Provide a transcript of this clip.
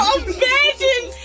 imagine